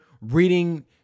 reading